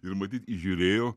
ir matyt įžiūrėjo